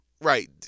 right